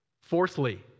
Fourthly